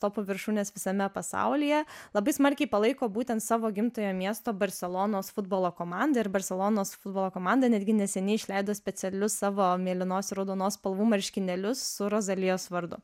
topų viršūnes visame pasaulyje labai smarkiai palaiko būtent savo gimtojo miesto barselonos futbolo komandą ir barselonos futbolo komanda netgi neseniai išleido specialius savo mėlynos raudonos spalvų marškinėlius su rozalijos vardu